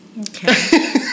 Okay